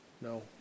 No